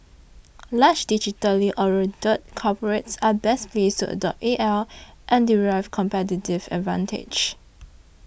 large digitally oriented corporates are best placed to adopt A L and derive competitive advantage